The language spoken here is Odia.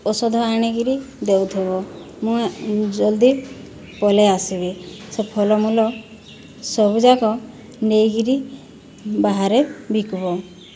ଔଷଧ ଆଣିକରି ଦେଉଥିବ ମୁଁ ଜଲ୍ଦି ପଳାଇ ଆସିବି ସେ ଫଳମୂଳ ସବୁଯାକ ନେଇକରି ବାହାରେ ବିକିବ